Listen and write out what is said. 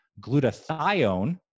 glutathione